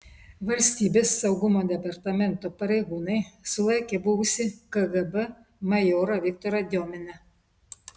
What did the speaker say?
valstybės saugumo departamento pareigūnai sulaikė buvusį kgb majorą viktorą diominą